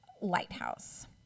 lighthouse